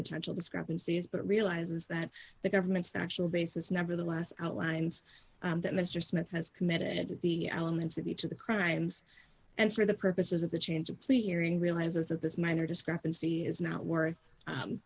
potential discrepancies but realizes that the government's factual basis nevertheless outlines that mr smith has committed the elements of each of the crimes and for the purposes of the change of pleas hearing realizes that this minor discrepancy is not worth